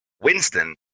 Winston